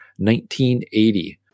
1980